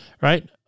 right